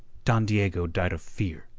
don diego died of fear.